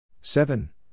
Seven